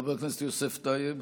חבר הכנסת יוסף טייב.